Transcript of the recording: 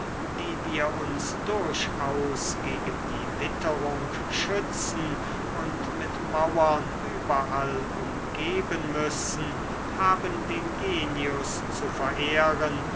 die wir uns durchaus gegen die witterung schützen und mit mauern überall umgeben müssen haben den genius zu verehren